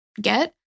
get